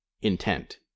Intent